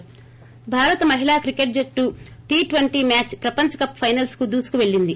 ి భారత మహిళా క్రికెట్ జట్టు టీ ట్వంటీ మ్యాచ్ ప్రపంచ కప్ మ్యాచ్ ఫైనల్స్ కు దూసుకుపెళ్పింది